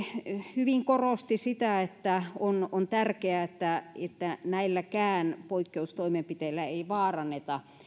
hyvin korosti sitä että on on tärkeää että että näilläkään poikkeustoimenpiteillä ei vaaranneta